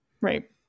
right